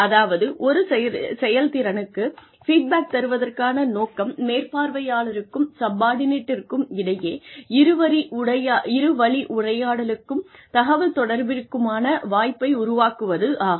அதாவது ஒரு செயல்திறனுக்கு ஃபீட்பேக் தருவதற்கான நோக்கம் மேற்பார்வையாளருக்கும் சப்பார்ட்டினேட்டுக்கும் இடையே இரு வழி உரையாடலுக்கும் தகவல் தொடர்பிற்குமான வாய்ப்பை உருவாக்குவதாகும்